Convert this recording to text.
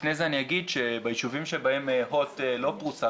לפני זה אני אגיד שביישובים שבהם הוט לא פרוסה,